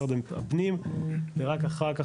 משרד הפנים ורק אחר כך,